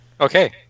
Okay